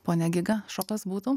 pone giga šokas būtų